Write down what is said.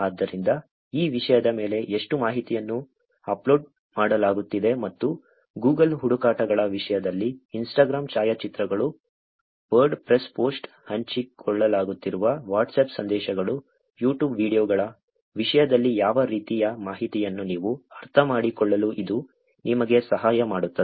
ಆದ್ದರಿಂದ ಈ ವಿಷಯದ ಮೇಲೆ ಎಷ್ಟು ಮಾಹಿತಿಯನ್ನು ಅಪ್ಲೋಡ್ ಮಾಡಲಾಗುತ್ತಿದೆ ಮತ್ತು Google ಹುಡುಕಾಟಗಳ ವಿಷಯದಲ್ಲಿ Instagram ಛಾಯಾಚಿತ್ರಗಳು ವರ್ಡ್ಪ್ರೆಸ್ ಪೋಸ್ಟ್ ಹಂಚಿಕೊಳ್ಳಲಾಗುತ್ತಿರುವ ವಾಟ್ಸಾಪ್ ಸಂದೇಶಗಳು ಯೂಟ್ಯೂಬ್ ವೀಡಿಯೊಗಳ ವಿಷಯದಲ್ಲಿ ಯಾವ ರೀತಿಯ ಮಾಹಿತಿಯನ್ನು ನೀವು ಅರ್ಥಮಾಡಿಕೊಳ್ಳಲು ಇದು ನಿಮಗೆ ಸಹಾಯ ಮಾಡುತ್ತದೆ